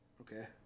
okay